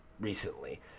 recently